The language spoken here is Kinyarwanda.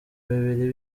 bibiri